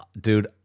Dude